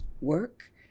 work